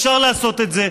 אפשר לעשות את זה.